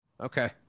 Okay